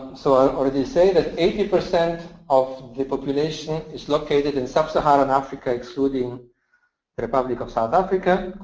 so i already say that eighty percent of the population is located in sub-saharan africa, excluding republic of south africa.